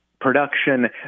production